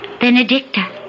Benedicta